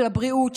של הבריאות,